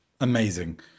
Amazing